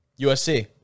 USC